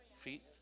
feet